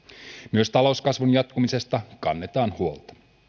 myös talouskasvun jatkumisesta kannetaan